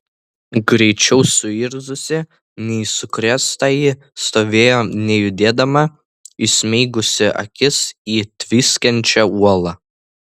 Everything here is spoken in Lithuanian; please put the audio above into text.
greičiau suirzusi nei sukrėstąjį stovėjo nejudėdama įsmeigusi akis į tviskančią uolą